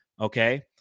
Okay